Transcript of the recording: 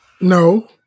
No